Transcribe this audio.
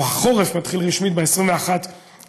החורף מתחיל רשמית ב-21 בדצמבר.